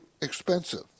expensive